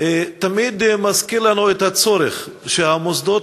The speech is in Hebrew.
תמיד מזכיר לנו את הצורך שהמוסדות